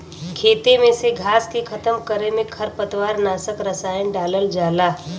खेते में से घास के खतम करे में खरपतवार नाशक रसायन डालल जाला